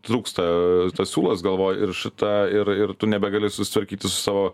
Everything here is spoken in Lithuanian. trūksta tas siūlas galvoj ir šita ir ir tu nebegali susitvarkyti su savo